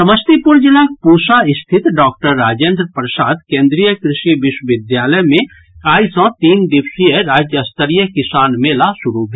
समस्तीपुर जिलाक पूसा स्थित डॉक्टर राजेन्द्र प्रसाद केन्द्रीय कृषि विश्वविद्यालय मे आइ सँ तीन दिवसिय राज्य स्तरीय किसान मेला शुरू भेल